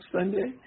Sunday